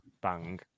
bang